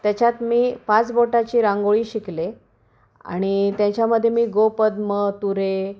त्याच्यात मी पाच बोटाची रांगोळी शिकले आणि त्याच्यामध्ये मी गोपद्म तुरे